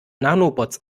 nanobots